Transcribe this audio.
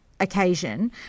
occasion